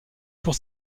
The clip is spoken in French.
pour